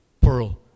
pearl